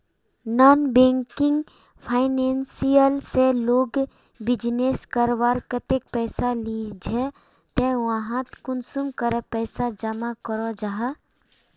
Non banking financial से लोग business करवार केते पैसा लिझे ते वहात कुंसम करे पैसा जमा करो जाहा?